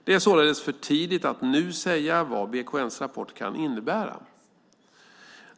Det är således för tidigt att nu säga vad BKN:s rapport kan innebära.